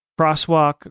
Crosswalk